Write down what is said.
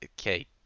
okay